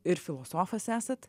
ir filosofas esat